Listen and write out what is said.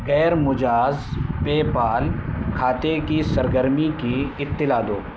گیرمجاز PayPal کھاتے کی سرگرمی کی اطلاع دو